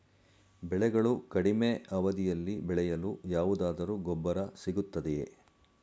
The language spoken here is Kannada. ಬೆಳೆಗಳು ಕಡಿಮೆ ಅವಧಿಯಲ್ಲಿ ಬೆಳೆಯಲು ಯಾವುದಾದರು ಗೊಬ್ಬರ ಸಿಗುತ್ತದೆಯೇ?